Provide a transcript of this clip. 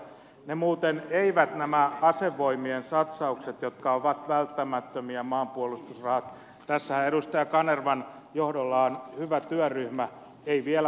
ne muuten eivät nämä asevoimien satsaukset jotka ovat välttämättömiä maanpuolustusrahat tässähän edustaja kanervan johdolla on hyvä työryhmä vielä näy